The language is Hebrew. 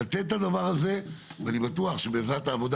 לתת את הדבר הזה ואני בטוח שבעזרת העבודה